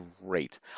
great